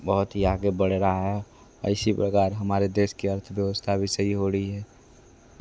बहुत ही आगे बढ़ रहा है इसी प्रकार हमारे देश की अर्थव्यवस्था भी सही हो रही है